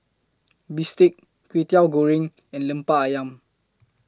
Bistake Kway Teow Goreng and Lemper Ayam